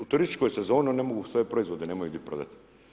U turističkoj sezoni oni ne mogu svoje proizvode, nemaju gdje prodat.